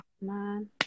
man